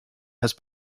has